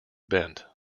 bent